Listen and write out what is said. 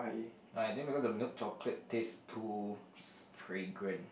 ah then because the milk chocolate taste too s~ fragrant